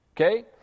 Okay